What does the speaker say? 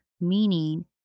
Meaning